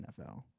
NFL